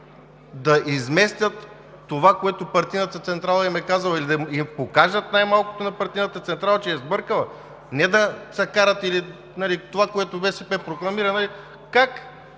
да изместят това, което партийната централа им е казала, или да покажат най-малкото на партийната централа, че е сбъркала, а не да се карат или това, което БСП е прокламирала,